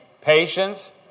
Patience